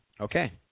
Okay